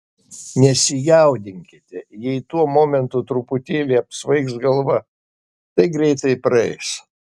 nesijaudinkite jei tuo momentu truputėlį apsvaigs galva tai greitai praeis